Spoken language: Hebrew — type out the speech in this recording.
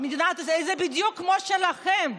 היא בדיוק כמו שלכם.